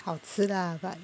好吃 lah but